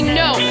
no